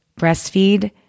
breastfeed